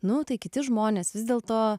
nu tai kiti žmonės vis dėl to